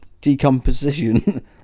decomposition